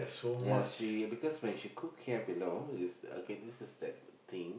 ya she because when she cook here below is a okay this is that thing